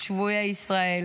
שבויי ישראל.